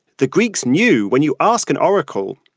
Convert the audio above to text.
the greeks knew when you ask an oracle,